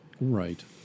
Right